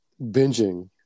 binging